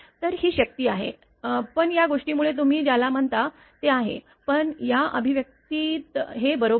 तर ही शक्ती आहे पण या गोष्टीमुळे तुम्ही ज्याला म्हणता ते आहे पण या अभिव्यक्तीत हे बरोबर आहे